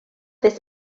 this